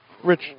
Rich